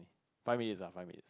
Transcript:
five minutes ah five minutes